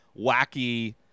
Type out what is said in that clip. wacky